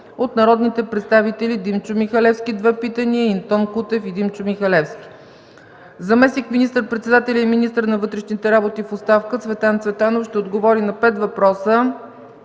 от народните представители Димчо Михалевски (две питания), и Антон Кутев и Димчо Михалевски. Заместник министър-председателят и министър на вътрешните работи в оставка Цветан Цветанов ще отговори на пет въпроса